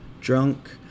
drunk